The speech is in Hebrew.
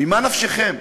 ממה נפשכם?